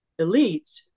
elites